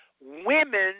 women